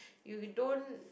you don't